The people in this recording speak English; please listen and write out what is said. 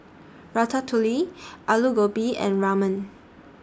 Ratatouille Alu Gobi and Ramen